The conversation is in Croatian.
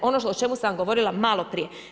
Ono o čemu sam govorila maloprije.